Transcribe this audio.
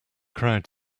crowd